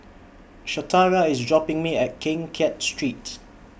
Shatara IS dropping Me off At Keng Kiat Street